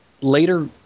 later